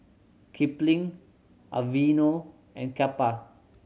Kipling Aveeno and Kappa